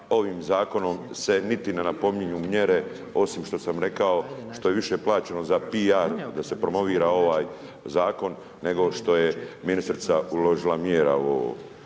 ovim Zakonom se niti ne napominju mjere osim što sam rekao, što je više plaćeno za PR da se promovira ovaj zakon nego što je ministrica uložila mjera u ovo.